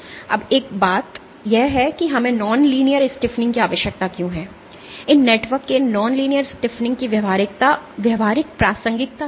अब एक बात यह है कि हमें नॉन लीनियर स्टीफनिंग की आवश्यकता क्यों है इन नेटवर्क के इन नॉन लीनियर स्टीफनिंग की व्यावहारिक प्रासंगिकता क्या है